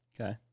okay